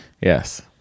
Yes